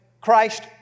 Christ